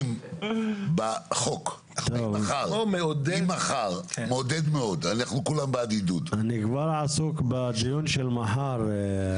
אם מחר --- אני כבר עסוק בדיון של מחר,